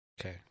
Okay